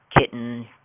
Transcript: kitten